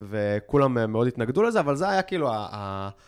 וכולם מאוד התנגדו לזה, אבל זה היה כאילו ה...